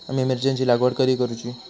आम्ही मिरचेंची लागवड कधी करूची?